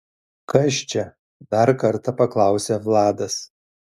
kas čia dar kartą paklausia vladas